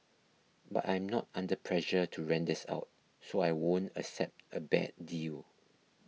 but I'm not under pressure to rent this out so I won't accept a bad deal